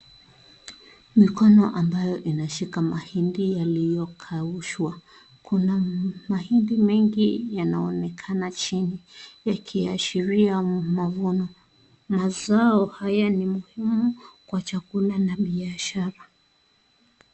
Mikono ambayo inashika mahindi yaliyokaushwa, kuna mahindi mengi yanaonekana chini yakiashiria mavuno, mazao haya ni muhimu kwa chakula na biashara.